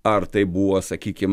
ar tai buvo sakykim